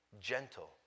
Gentle